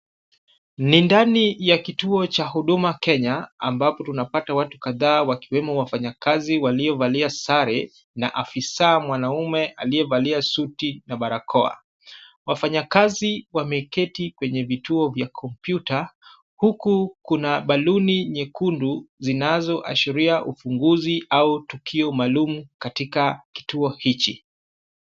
Ni ndani ya kituo cha Huduma Kenya, ambapo tunapata watu kadhaa wa kiwemo wafanyakazi waliovalia sare na afisa mwanaume aliyevalia suti na barakoa. Wafanyakazi wameketi kwenye vituo vya kompyuta, huku kuna baluni nyekundu zinazoashiria ufunguzi au tukio maalum katika kituo hiki.